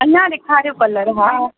अञा ॾेखारियो कलर हा